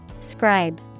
Scribe